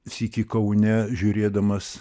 sykį kaune žiūrėdamas